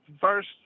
first